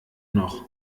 noch